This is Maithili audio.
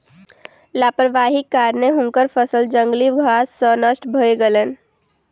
लापरवाहीक कारणेँ हुनकर फसिल जंगली घास सॅ नष्ट भ गेलैन